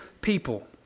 people